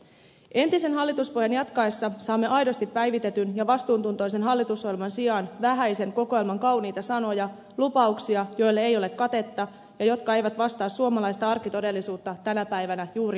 entisen hallituspohjan jatkaessa saamme aidosti päivitetyn ja vastuuntuntoisen hallitusohjelman sijaan vähäisen kokoelman kauniita sanoja lupauksia joille ei ole katetta ja jotka eivät vastaa suomalaista arkitodellisuutta tänä päivänä juuri ollenkaan